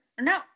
No